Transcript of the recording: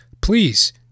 please